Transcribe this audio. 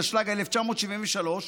התשל"ג 1973,